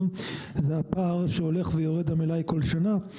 זה הפער שהולך ויורד במלאי בכל שנה.